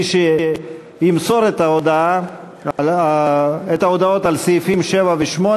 מי שימסור את ההודעות על סעיפים 7 ו-8,